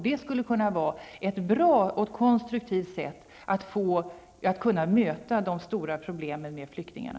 Det skulle kunna vara ett bra och konstruktivt sätt att möta de stora problemen med flyktingarna.